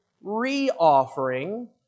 re-offering